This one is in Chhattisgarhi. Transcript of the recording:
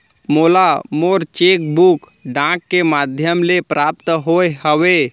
मोला मोर चेक बुक डाक के मध्याम ले प्राप्त होय हवे